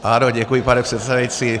Ano, děkuji, pane předsedající.